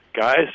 Guys